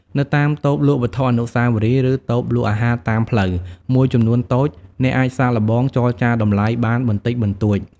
នៅតាម តូបលក់វត្ថុអនុស្សាវរីយ៍ ឬ តូបលក់អាហារតាមផ្លូវ មួយចំនួនតូច អ្នកអាចសាកល្បង ចរចាតម្លៃ បានបន្តិចបន្តួច។